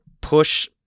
push